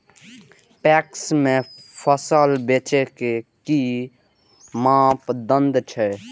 PACS में फसल बेचे के कि मापदंड छै?